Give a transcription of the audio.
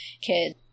kids